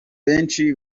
benshi